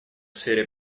сфере